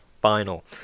final